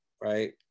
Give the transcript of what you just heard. right